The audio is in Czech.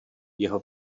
jeho